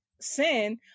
sin